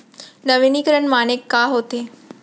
नवीनीकरण माने का होथे?